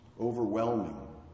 overwhelming